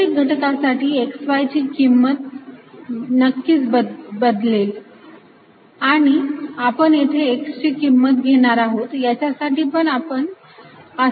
प्रत्येक घटकासाठी x y ची किंमत नक्कीच बदलेल आणि आपण येथे x ची किंमत घेणार आहोत याच्यासाठी पण असेच असेल